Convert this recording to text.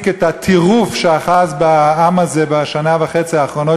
את הטירוף שאחז בעם הזה בשנה וחצי האחרונה,